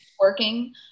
working